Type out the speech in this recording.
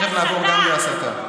תכף נעבור גם להסתה.